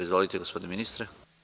Izvolite, gospodine ministre.